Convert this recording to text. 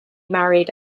married